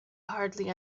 hardly